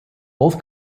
both